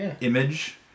image